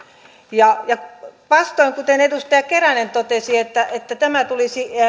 ja ja vastoin kuin edustaja keränen totesi että että tämä tulisi